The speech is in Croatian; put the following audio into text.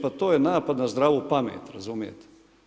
Pa to je napad na zdravu pamet, razumijete?